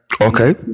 Okay